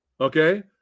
Okay